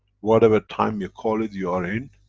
whatever time you call it you're in,